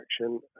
action